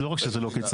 לא רק שזה לא כשצעקתה.